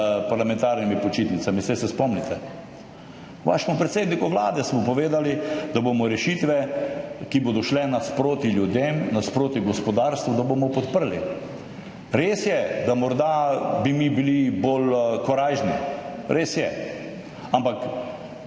parlamentarnimi počitnicami, saj se spomnite. Vašemu predsedniku vlade smo povedali, da bomo rešitve, ki bodo šle naproti ljudem, naproti gospodarstvu, podprli. Res je, da bi bili morda mi bolj korajžni, res je, ampak